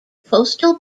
postal